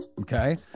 Okay